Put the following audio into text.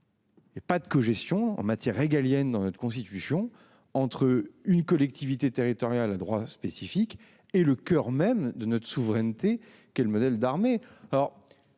Il n'y a pas de cogestion en matière régalienne dans notre Constitution entre une collectivité territoriale à droit spécifique et le coeur même de notre souveraineté qu'est le modèle d'armée